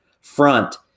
front